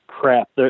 crap